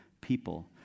people